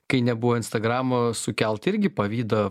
kai nebuvo instagramo sukelt irgi pavydą